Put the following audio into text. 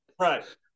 Right